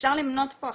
אפשר למנות פה עכשיו,